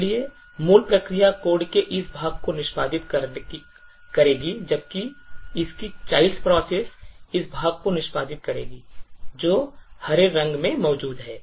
इसलिए मूल प्रक्रिया कोड के इस भाग को निष्पादित करेगी जबकि इसकी childs process इस भाग को निष्पादित करेगी जो हरे रंग में मौजूद है